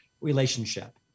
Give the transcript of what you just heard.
relationship